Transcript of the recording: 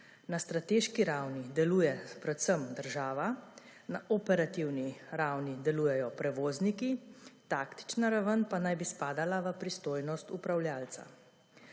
Na strateški ravni deluje predvsem država, na operativni ravni delujejo prevozniki, taktična raven pa naj bi spadala v pristojnost upravljavca.